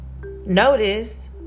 notice